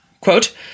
Quote